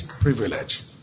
privilege